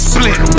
Split